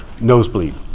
Nosebleed